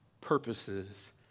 purposes